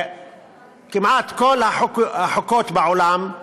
כמעט כל החוקות בעולם,